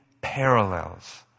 parallels